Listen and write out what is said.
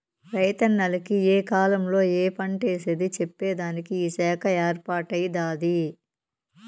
రైతన్నల కి ఏ కాలంలో ఏ పంటేసేది చెప్పేదానికి ఈ శాఖ ఏర్పాటై దాది